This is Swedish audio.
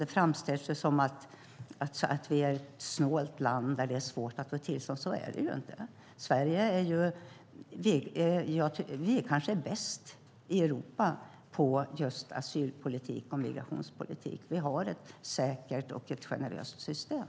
Det framställs som att vi är ett snålt land där det är svårt att få tillstånd. Så är det ju inte. Sverige är kanske bäst i Europa på just asylpolitik och migrationspolitik. Vi har ett säkert och ett generöst system.